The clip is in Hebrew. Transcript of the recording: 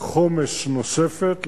חומש נוספת,